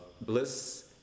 bliss